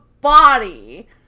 body